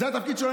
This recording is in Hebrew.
זה התפקיד שלו,